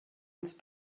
ins